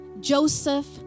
Joseph